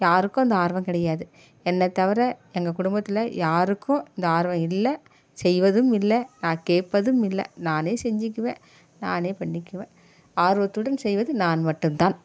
யாருக்கும் அந்த ஆர்வம் கிடையாது என்னை தவிர எங்கள் குடும்பத்தில் யாருக்கும் அந்த ஆர்வம் இல்லை செய்வதும் இல்லை நான் கேட்பதும் இல்லை நானே செஞ்சுக்குவேன் நானே பண்ணிக்குவேன் ஆர்வத்துடன் செய்வது நான் மட்டும்தான்